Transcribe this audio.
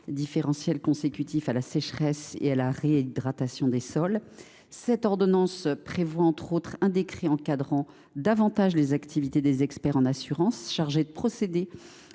différentiels consécutifs à la sécheresse et à la réhydratation des sols. Cette ordonnance prévoit notamment un décret encadrant davantage les activités des experts en assurance chargés de procéder